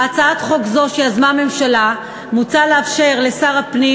בהצעת חוק זו שיזמה הממשלה מוצע לאפשר לשר הפנים